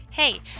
Hey